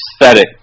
aesthetic